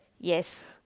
yes